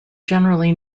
generally